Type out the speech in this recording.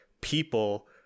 people